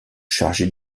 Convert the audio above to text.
chargé